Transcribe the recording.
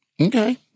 okay